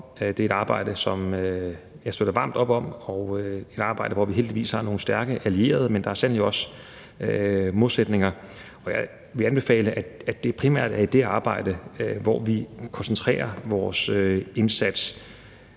Det er et arbejde, som jeg støtter varmt op om, og det er et arbejde, hvor vi heldigvis har nogle stærke allierede. Men der er sandelig også modsætninger. Og jeg vil anbefale, at det primært er i det arbejde, vi koncentrerer vores indsats.